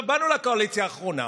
באנו לקואליציה האחרונה,